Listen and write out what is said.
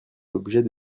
l’objet